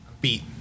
Beat